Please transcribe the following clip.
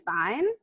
fine